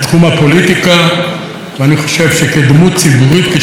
ואני חושב שכדמות ציבורית, כשליח ציבור מול התיבה,